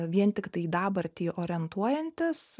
vien tiktai į dabartį orientuojantis